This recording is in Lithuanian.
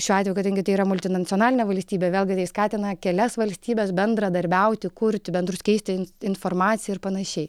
šiuo atveju kadangi tai yra multinacionalinė valstybė vėlgi tai skatina kelias valstybes bendradarbiauti kurti bendrus keistis informacija ir panašiai